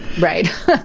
Right